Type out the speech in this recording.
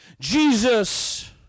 Jesus